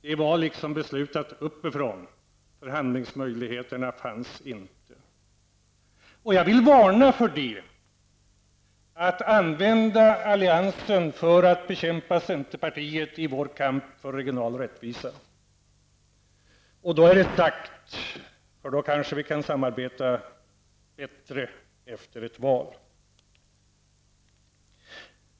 Det var så att säga beslutat uppifrån och förhandlingsmöjligheterna fanns inte. Jag vill varna för att använda alliansen till att bekämpa centerpartiet i vår kamp för regional rättvisa. När det nu är sagt kanske vi kan se fram emot ett bättre samarbete efter valet.